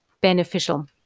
beneficial